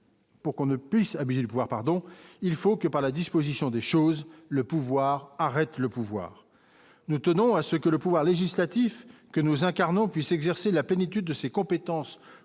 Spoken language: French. Pour qu'on ne puisse habile pouvoir pardon, il faut que par la disposition des choses le pouvoir arrête le pouvoir, nous tenons à ce que le pouvoir législatif que nous incarnons puissent exercer la plénitude de ses compétences